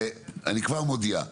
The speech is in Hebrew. ואני כבר מודיע,